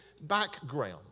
background